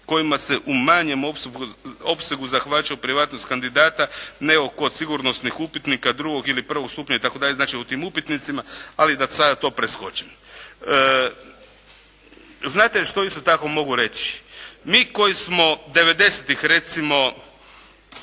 kojima se u manjem opsegu zahvaća privatnost kandidata, nego kod sigurnosnih upitnika 2. ili 1. stupnja itd. znači o tim upitnicima, ali da sada to preskočimo. Znate što isto tako mogu reći? Mi koji smo '90.-tih recimo